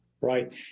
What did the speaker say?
Right